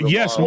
Yes